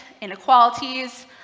inequalities